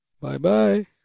Bye-bye